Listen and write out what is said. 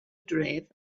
dref